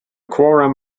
quorum